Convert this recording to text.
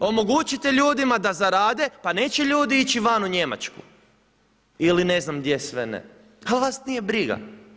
Omogućite ljudima da zarade, pa neće ljudi ići van u Njemačku ili ne znam gdje sve ne, ali vas nije briga.